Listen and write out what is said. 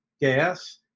gas